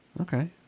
Okay